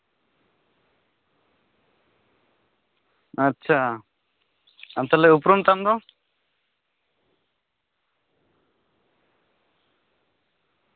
ᱟᱪᱪᱷᱟ ᱟᱨ ᱛᱟᱦᱞᱮ ᱩᱯᱨᱩᱢ ᱛᱟᱢ ᱫᱚ